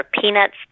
peanuts